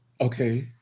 Okay